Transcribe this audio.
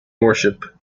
worship